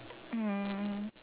um